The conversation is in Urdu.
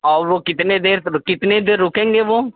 اور وہ کتنے دیر کتنے دیر رکیں گے وہ